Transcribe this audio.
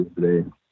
today